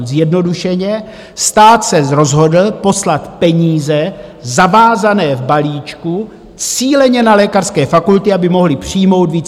Zjednodušeně: stát se rozhodl poslat peníze zavázané v balíčku cíleně na lékařské fakulty, aby mohly přijmout víc absolventů.